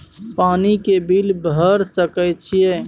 पानी के बिल भर सके छियै?